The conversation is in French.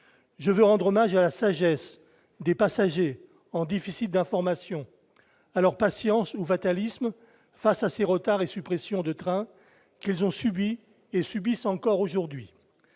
je veux rendre hommage à la sagesse des passagers en déficit d'informations alors patience ou fatalisme face à ces retards et suppressions de trains qu'elles ont subi et subissent encore aujourd'hui